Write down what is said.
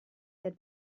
that